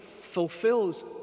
fulfills